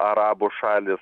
arabų šalys